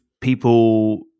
people